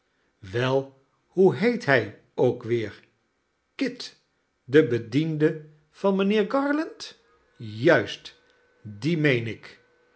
wel hoe heet hij ook weer kit de bediende van mijnheer garland juist dien meen ik